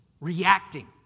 Reacting